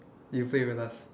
you play with us